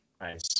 Nice